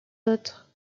autre